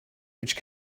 which